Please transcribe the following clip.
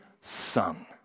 son